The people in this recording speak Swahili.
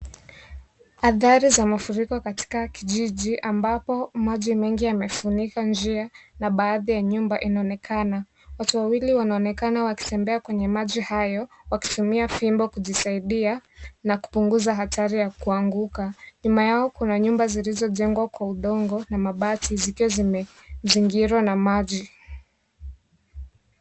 Hatari za mafuriko katika kijiji ambapo maji mengi yamefunika njia na baadhi ya nyumba inaonekana. Watu wawili wanaonekana wakitembea kwenye maji hayo, wakitumia fimbo kujisaidia na kupunguza hatari ya kuanguka. Nyuma yao kuna nyumba zilizojengwa kwa udongo na mabati zikizingirwa na maji.